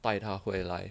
带他回来